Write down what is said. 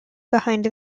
behind